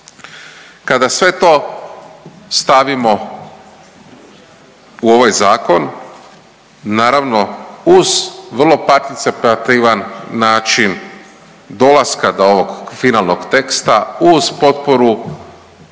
Kada sve to stavimo u ovaj zakon naravno uz vrlo participativan način dolaska do ovog finalnog teksta uz potporu